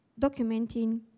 documenting